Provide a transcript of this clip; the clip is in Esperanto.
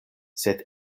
sed